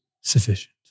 sufficient